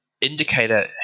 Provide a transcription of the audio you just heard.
indicator